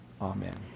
Amen